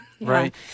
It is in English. Right